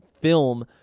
film